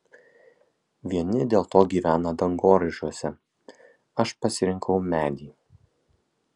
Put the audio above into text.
vieni dėl to gyvena dangoraižiuose aš pasirinkau medį